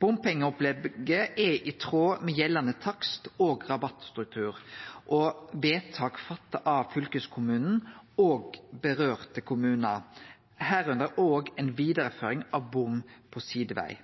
Bompengeopplegget er i tråd med gjeldande takst- og rabattstruktur og vedtak som er fatta av fylkeskommunen og dei kommunane det gjeld, deriblant ei vidareføring av bom på sideveg.